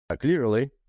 clearly